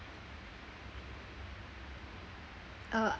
uh